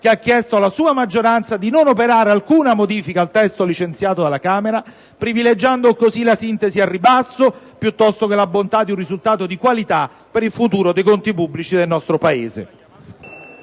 che ha chiesto alla sua maggioranza di non operare alcuna modifica al testo licenziato dalla Camera, privilegiando così la sintesi al ribasso, piuttosto che la bontà di un risultato di qualità per il futuro dei conti pubblici del nostro Paese.